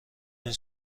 این